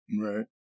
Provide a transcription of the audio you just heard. Right